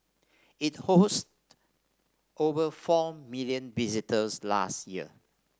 it hosted over four million visitors last year